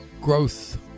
growth